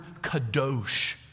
kadosh